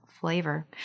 flavor